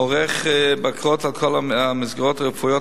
הוא עורך בקרות על כל המסגרות הרפואיות